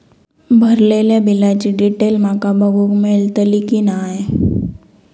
भरलेल्या बिलाची डिटेल माका बघूक मेलटली की नाय?